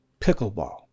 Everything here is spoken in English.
Pickleball